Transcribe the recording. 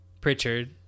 Pritchard